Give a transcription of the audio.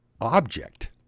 object